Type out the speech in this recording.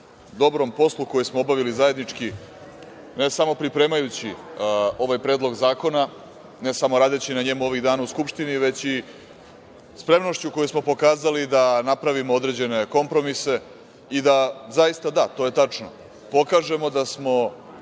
dobrom poslu koji smo obavili zajednički ne samo pripremajući ovaj predlog zakona, ne samo radeći na njemu ovih dana u Skupštini, već i spremnošću koju smo pokazali da napravimo određene kompromise i da zaista, da, to je tačno, pokažemo da smo